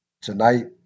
tonight